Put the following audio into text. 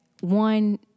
one